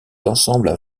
ensembles